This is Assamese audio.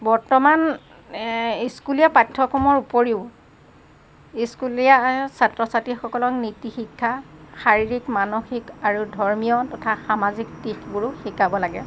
বৰ্তমান স্কুলীয়া পাঠ্যক্ৰমৰ উপৰিও স্কুলীয়া ছাত্ৰ ছাত্ৰীসকলক নীতি শিক্ষা শাৰীৰিক মানসিক আৰু ধৰ্মীয় তথা সামাজিক দিশবোৰো শিকাব লাগে